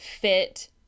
fit